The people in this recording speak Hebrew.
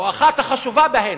או אחת החשובות בהן.